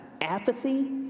Apathy